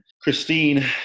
Christine